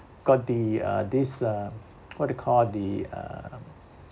got the uh this uh what you call the um